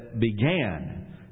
began